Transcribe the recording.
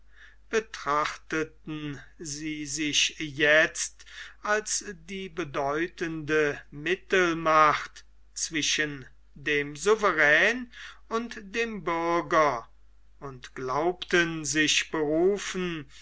betrachteten sie sich jetzt als die bedeutende mittelmacht zwischen dem souverän und dem bürger und glaubten sich berufen